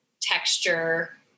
texture